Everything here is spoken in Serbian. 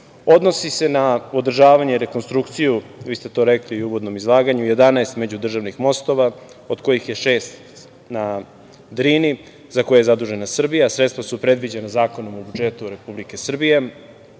Odnosi se na održavanje, rekonstrukciju, vi ste to i rekli u uvodnom izlaganju, 11 međudržavnih mostova od kojih je šest na Drini, za koje je zadužena Srbija. Sredstva su predviđena Zakonom o budžetu Republike Srbije